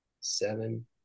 seven